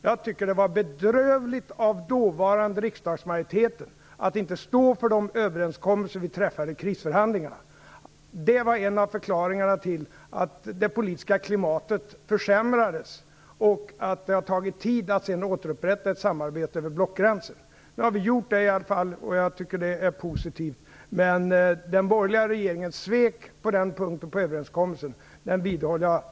Jag tycker att det var bedrövligt av dåvarande riksdagsmajoriteten att inte stå för de överenskommelser vi träffade i krisförhandlingarna. Det var en av förklaringarna till att det politiska klimatet försämrades och att det har tagit tid att sedan återupprätta ett samarbete över blockgränsen. Nu har vi i alla fall gjort det, och jag tycker att det är positivt. Den borgerliga regeringen svek i fråga om överenskommelsen. Det vidhåller jag.